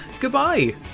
Goodbye